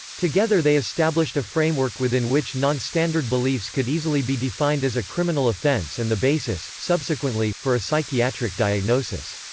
together they established a framework within which non-standard beliefs could easily be defined as a criminal offence and the basis, subsequently, for a psychiatric diagnosis.